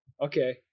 Okay